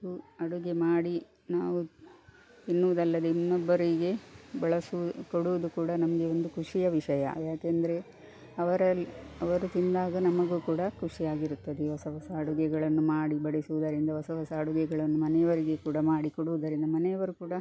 ಹಾಗು ಅಡುಗೆ ಮಾಡಿ ನಾವು ತಿನ್ನುವುದಲ್ಲದೆ ಇನ್ನೊಬ್ಬರಿಗೆ ಬಳಸಲು ಕೊಡುವುದು ಕೂಡ ನಮಗೆ ಒಂದು ಖುಷಿಯ ವಿಷಯ ಯಾಕೆಂದ್ರೆ ಅವರಲ್ಲಿ ಅವರು ತಿಂದಾಗ ನಮಗೂ ಕೂಡ ಖುಷಿಯಾಗಿರುತ್ತದೆಯೋ ಹೊಸ ಹೊಸ ಅಡುಗೆಗಳನ್ನು ಮಾಡಿ ಬಡಿಸುವುದರಿಂದ ಹೊಸ ಹೊಸ ಅಡುಗೆಗಳನ್ನು ಮನೆಯವರಿಗೆ ಕೂಡ ಮಾಡಿಕೊಡುವುದರಿಂದ ಮನೆಯವರು ಕೂಡ